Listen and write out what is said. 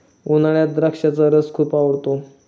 उन्हाळ्यात द्राक्षाचा रस खूप आवडतो